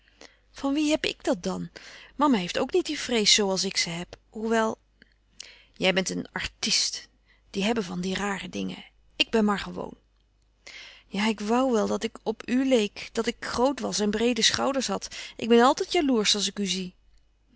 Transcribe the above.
van wie heb ik dat dan mama heeft ook niet die vrees zoo als ik ze heb hoewel jij bent een artist die hebben van die rare dingen ik ben maar gewoon ja ik woû wel dat ik op u leek dat ik groot was en breede schouders had ik ben altijd jaloersch als ik u zie